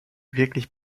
wirklich